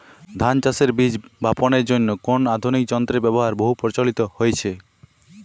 ধান চাষের বীজ বাপনের জন্য কোন আধুনিক যন্ত্রের ব্যাবহার বহু প্রচলিত হয়েছে?